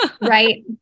Right